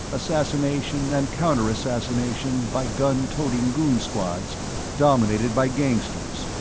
assassination and counter-assassination by gun-toting goon squads dominated by gangsters,